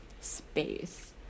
space